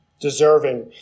deserving